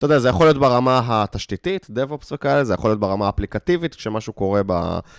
אתה יודע, זה יכול להיות ברמה התשתיתית, devops וכאלה, זה יכול להיות ברמה אפליקטיבית, כשמשהו קורה ב...